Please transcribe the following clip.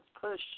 push